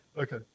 Okay